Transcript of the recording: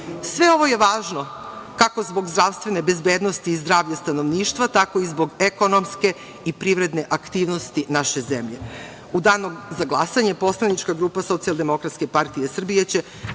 Sve ovo je važno kako zbog zdravstvene bezbednosti i zdravlja stanovništva, tako i zbog ekonomske i privredne aktivnosti naše zemlje.U danu za glasanje poslanička grupa SDPS će, kao što sam na